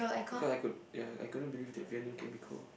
because I could ya I couldn't believe that Vietnam can be cold